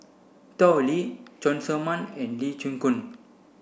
Tao Li Cheng Tsang Man and Lee Chin Koon